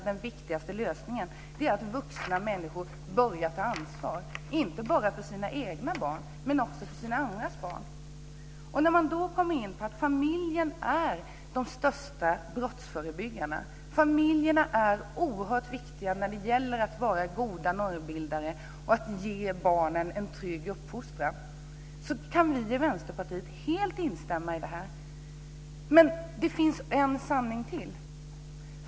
Den viktigaste lösningen är att vuxna människor börjar att ta ansvar, inte bara för sina egna barn utan också för andras barn. Familjen är den viktigaste brottsförebyggaren. Familjen är oerhört viktig när det gäller att vara en god normbildare och att ge barnen en trygg uppfostran. Det kan vi i Vänsterpartiet helt instämma i. Men det finns ytterligare en sanning.